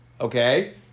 Okay